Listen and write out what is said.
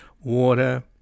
water